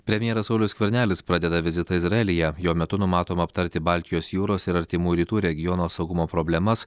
premjeras saulius skvernelis pradeda vizitą izraelyje jo metu numatoma aptarti baltijos jūros ir artimųjų rytų regiono saugumo problemas